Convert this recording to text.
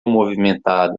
movimentada